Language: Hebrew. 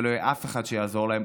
ולא יהיה אף אחד שיעזור להן,